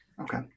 Okay